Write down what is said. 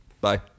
bye